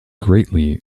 greatly